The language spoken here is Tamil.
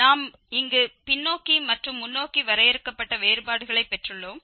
நாம் இங்கு பின்னோக்கி மற்றும் முன்னோக்கி வரையறுக்கப்பட்ட வேறுபாடுகளைப் பெற்றுள்ளோம்